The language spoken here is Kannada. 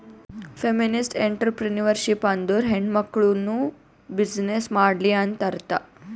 ಫೆಮಿನಿಸ್ಟ್ಎಂಟ್ರರ್ಪ್ರಿನರ್ಶಿಪ್ ಅಂದುರ್ ಹೆಣ್ಮಕುಳ್ನೂ ಬಿಸಿನ್ನೆಸ್ ಮಾಡ್ಲಿ ಅಂತ್ ಅರ್ಥಾ